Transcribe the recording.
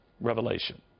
revelation